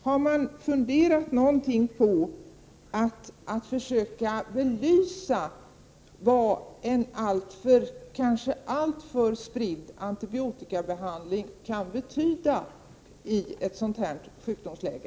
Har man funderat något över att försöka belysa vad en kanske alltför spridd antibiotikabehandling kan betyda i ett sådant här sjukdomsläge?